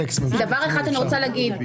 דבר אחד שאני רוצה להגיד,